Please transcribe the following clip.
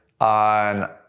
on